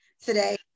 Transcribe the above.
today